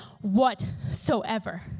whatsoever